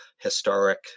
historic